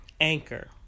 Anchor